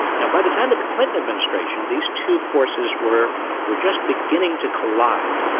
and by the time of the clinton administration, these two forces were were just beginning to collide.